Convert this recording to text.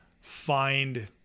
find